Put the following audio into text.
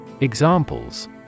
Examples